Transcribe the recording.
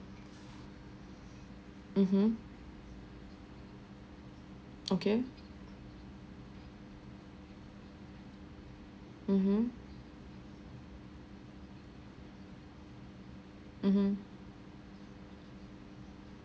mmhmm okay mmhmm mmhmm